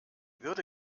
würde